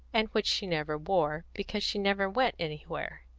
and which she never wore, because she never went anywhere.